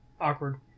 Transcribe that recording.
awkward